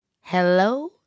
Hello